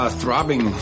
throbbing